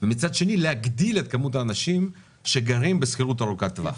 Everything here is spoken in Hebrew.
ומצד שני להגדיל את כמות האנשים שגרים בשכירות ארוכת טווח.